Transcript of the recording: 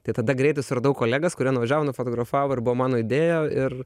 tai tada greitai suradau kolegas kurie nuvažiavo nufotografavo ir buvo mano idėja ir